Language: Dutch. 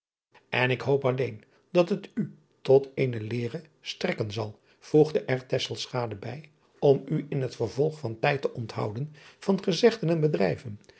n ik hoop alleen dat het u tot eene leere strekken zal voegde er bij om u in het vervolg van tijd te onthouden van gezegden en bedrijven